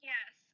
Yes